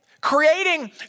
Creating